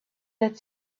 that